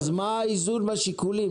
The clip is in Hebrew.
אז מה האיזון בשיקולים?